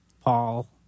Paul